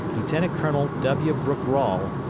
lieutenant colonel w. brooke-rawle,